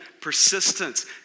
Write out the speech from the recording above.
persistence